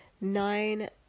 nine